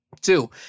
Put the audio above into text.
two